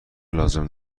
لازم